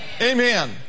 Amen